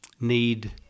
need